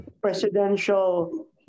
presidential